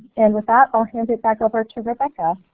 and with that i'll hand it back over to rebecca.